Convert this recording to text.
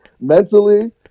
mentally